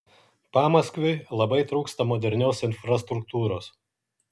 pamaskviui labai trūksta modernios infrastruktūros